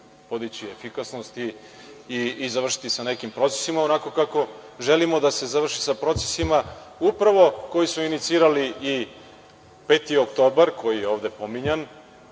podići efikasnost i završiti sa nekim procesima onako kako želimo da se završi sa procesima upravo koji su inicirali i 5. oktobar koji je ovde pominjan,